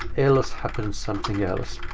else, happens something else.